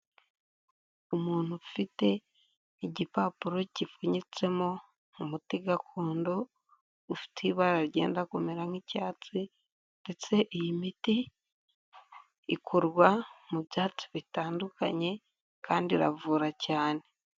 Umuntu ufite igipapuro kipfunyitsemo umuti gakondo, ufite ibara ryenda kumera nk'icyatsi, ndetse iyi miti ikorwa mu byatsi bitandukanye, kandi iravura cyane.